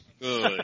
Good